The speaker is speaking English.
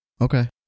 Okay